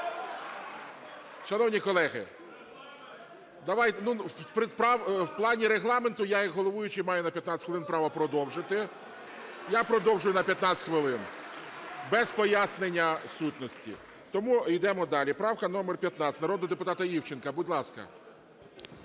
Шановні колеги… В плані Регламенту я як головуючий маю на 15 хвилин право продовжити. Я продовжую на 15 хвилин без пояснення сутності, тому йдемо далі правка номер 15 народного депутата Івченка, будь ласка.